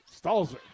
Stalzer